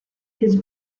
his